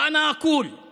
(אומר דברים